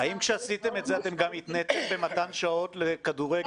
האם כשעשיתם את זה התניתם את זה במתן שעות לכדורגל